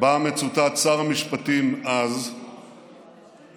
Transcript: שבה מצוטט שר המשפטים אז באומרו: